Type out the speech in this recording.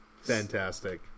Fantastic